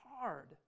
hard